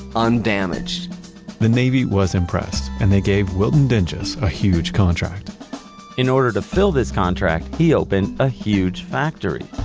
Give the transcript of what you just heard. undamaged the navy was impressed, and they gave wilton dingus a huge contract in order to fill this contract he opened a huge factory,